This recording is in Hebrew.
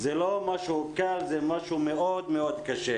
כמעט אפס.